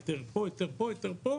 היתר פה היתר פה,